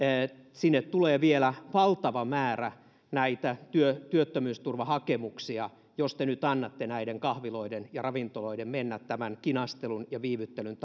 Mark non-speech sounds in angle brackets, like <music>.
sinne tulee vielä valtava määrä näitä työttömyysturvahakemuksia jos te nyt annatte näiden kahviloiden ja ravintoloiden mennä tämän kinastelun ja viivyttelyn <unintelligible>